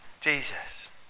Jesus